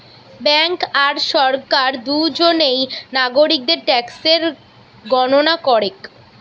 bank আর সরকার দুজনেই নাগরিকদের ট্যাক্সের গণনা করেক